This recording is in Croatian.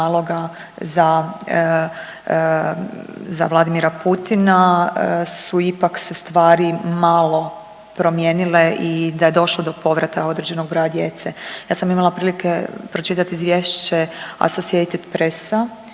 za Vladimira Putina su ipak se stvari malo promijenile i da je došlo do povrata određenog broja djece. Ja sam imala prilike pročitati izvješće Association pressa